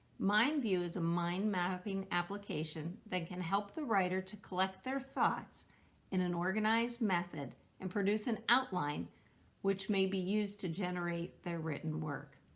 mindview is a mind mapping application that can help the writer to collect their thoughts in an organized method and produce an outline which may be used to generate their written work.